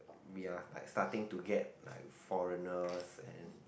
we are like starting to get like foreigners and